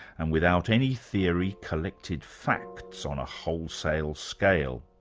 and without any theory collected facts on a wholesale scale.